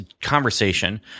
conversation